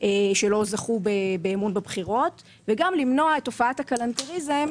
שלא זכו באמון בבחירות וגם למנוע את תופעת הקלנתריזם